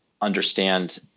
understand